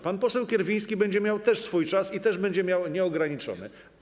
Pan poseł Kierwiński też będzie miał swój czas i też będzie miał nieograniczony.